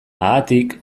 haatik